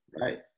right